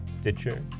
Stitcher